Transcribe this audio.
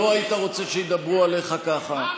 לא היית רוצה שידברו עליך כך.